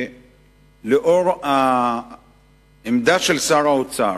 לאור העמדה של שר האוצר,